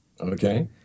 Okay